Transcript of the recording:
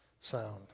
sound